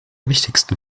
wichtigsten